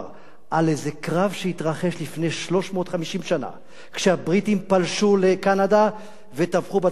על איזה קרב שהתרחש לפני 350 שנה כשהבריטים פלשו לקנדה וטבחו בצרפתים.